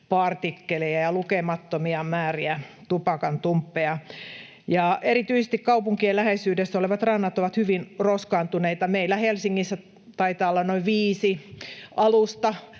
mikromuovipartikkelia ja lukemattomia määriä tupakantumppeja. Erityisesti kaupunkien läheisyydessä olevat rannat ovat hyvin roskaantuneita. Meillä Helsingissä taitaa olla keväisin noin viisi alusta,